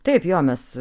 taip jo mes